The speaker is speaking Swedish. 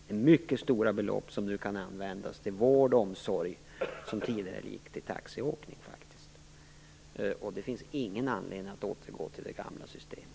Det är mycket stora belopp som tidigare gick till taxiåkning som nu kan användas till vård och omsorg. Det finns ingen anledning att återgå till det gamla systemet.